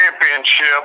championship